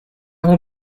will